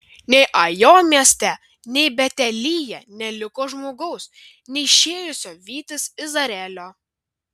nei ajo mieste nei betelyje neliko žmogaus neišėjusio vytis izraelio